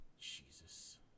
Jesus